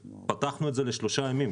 פתחנו את ההרשמה לשלושה ימים,